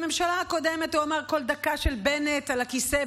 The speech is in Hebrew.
בממשלה הקודמת הוא אמר: כל דקה של בנט על הכיסא,